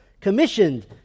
commissioned